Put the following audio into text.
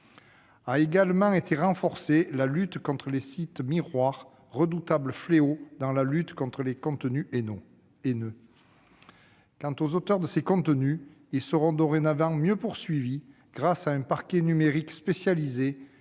A également été renforcée la lutte contre les sites miroirs, redoutable fléau dans la lutte contre les contenus haineux. Quant aux auteurs de ces contenus, ils seront dorénavant mieux poursuivis, grâce à un parquet numérique spécialisé,